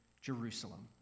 Jerusalem